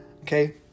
Okay